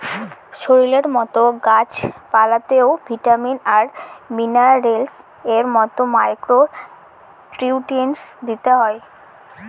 শরীরের মতো গাছ পালতেও ভিটামিন আর মিনারেলস এর মতো মাইক্র নিউট্রিয়েন্টস দিতে হয়